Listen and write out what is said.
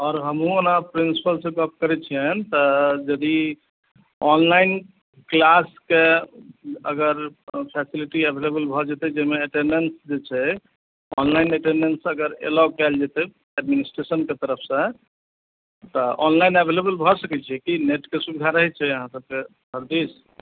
आओर हमहुॅं ओना प्रिंसिपल सॅं गप्प करै छियनि तऽ यदि ऑनलाइन क्लास के अगर फैसलिटी अवैलेबुल भऽ जेतै जाहिमे एटेंडेंटस जै छै ऑनलाइन अगर एलाउ कयल जेतै एडमिनिस्ट्रेशन के तरफ सॅं तऽ ऑनलाइन अभेलेबुल भऽ सकै छै की नेट के के सुविधा रहै छै अहाँ सब दिस